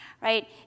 right